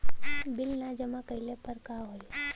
Bill न जमा कइले पर का होई?